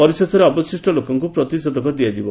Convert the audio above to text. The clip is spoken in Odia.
ପରିଶେଷରେ ଅବଶିଷ୍ଟ ଲୋକଙ୍କୁ ପ୍ରତିଷେଧକ ଦିଆଯିବ